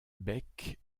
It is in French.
beck